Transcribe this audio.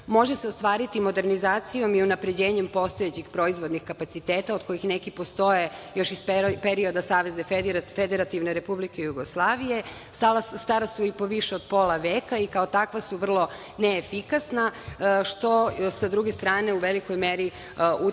može se ostvariti modernizacijom i unapređenjem postojećih proizvodnih kapaciteta od kojih neki postoje još iz perioda Savezne Federativne Republike Jugoslavije, stara su i po više od pola veka, i kao takva su vrlo neefikasna, što sa druge strane u velikoj meri utiče na